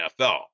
NFL